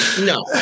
No